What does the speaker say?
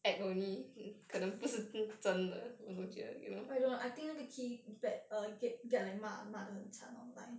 I don't know I think the 那个 kee bad err get like 骂骂得很惨 online